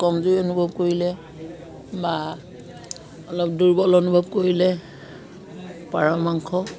কমজোৰি অনুভৱ কৰিলে বা অলপ দুৰ্বল অনুভৱ কৰিলে পাৰ মাংস